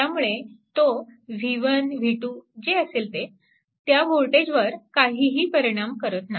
त्यामुळे तो v1 v2 जे असेल ते त्या वोल्टेजवर काहीही परिणाम करत नाही